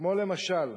כמו למשל: